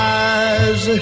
eyes